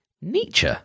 Nietzsche